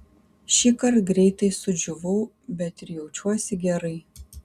šįkart greitai sudžiūvau bet ir jaučiuosi gerai